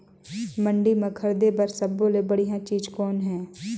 मंडी म खरीदे बर सब्बो ले बढ़िया चीज़ कौन हे?